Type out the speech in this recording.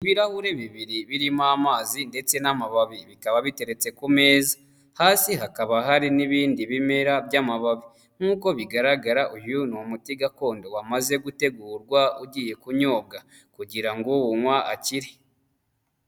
Ibirahure bibiri birimo amazi, ndetse n'amababi bikaba biteretse ku meza, hasi hakaba hari n'ibindi bimera by'amababi, nk'uko bigaragara uyu ni umuti gakondo wamaze gutegurwa ugiye kunyobwa, kugira ngo uwunywa akire.